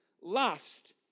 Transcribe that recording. lust